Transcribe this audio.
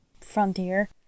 frontier